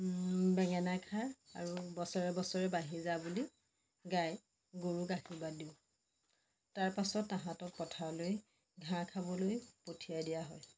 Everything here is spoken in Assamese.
বেঙেনা খা আৰু বছৰে বছৰে বাঢ়ি যা বুলি গাই গৰুক আশীৰ্বাদ দিওঁ তাৰপাছত তাহাঁতক পথাৰলৈ ঘাঁহ খাবলৈ পঠিয়াই দিয়া হয়